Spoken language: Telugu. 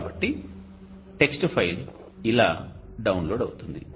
కాబట్టి టెక్స్ట్ ఫైల్ ఇలా డౌన్లోడ్ అవుతుంది